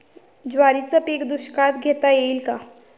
ज्वारीचे पीक दुष्काळात घेता येईल का?